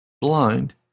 blind